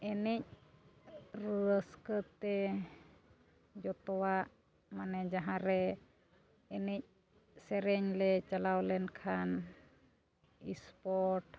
ᱮᱱᱮᱡ ᱨᱟᱹᱥᱠᱟᱹ ᱛᱮ ᱡᱚᱛᱚᱣᱟᱜ ᱢᱟᱱᱮ ᱡᱟᱦᱟᱸᱨᱮ ᱮᱱᱮᱡ ᱥᱮᱨᱮᱧ ᱞᱮ ᱪᱟᱞᱟᱣ ᱞᱮᱱᱠᱷᱟᱱ ᱥᱯᱳᱨᱴ